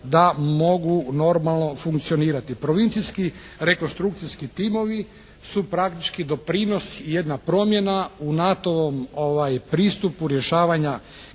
da mogu normalno funkcionirati. Provincijski rekonstrukcijski timovi su praktički doprinos jedna promjena u NATO-vom pristupu rješavanja